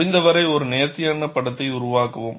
முடிந்தவரை ஒரு நேர்த்தியான படத்தை உருவாக்கவும்